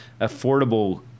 affordable